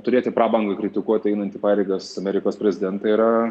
turėti prabangą kritikuoti einantį pareigas amerikos prezidentą yra